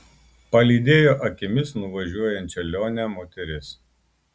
palydėjo akimis nuvažiuojančią lionę moteris